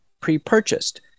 pre-purchased